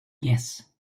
yes